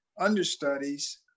understudies